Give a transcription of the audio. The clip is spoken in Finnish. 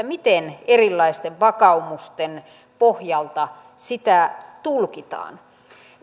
miten erilaisten vakaumusten pohjalta sitä tulkitaan